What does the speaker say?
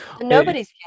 nobody's